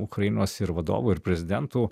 ukrainos ir vadovų ir prezidentų